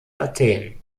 athen